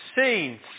scenes